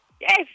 Yes